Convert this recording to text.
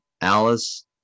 Alice